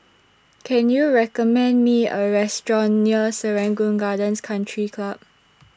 Can YOU recommend Me A Restaurant near Serangoon Gardens Country Club